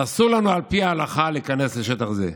אסור לנו על פי ההלכה להיכנס לשטח הזה.